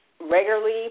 regularly